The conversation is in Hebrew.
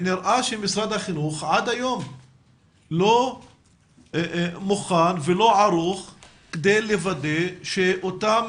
נראה שמשרד החינוך עד היום לא מוכן ולא ערוך כדי לוודא שאותם